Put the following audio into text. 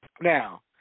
now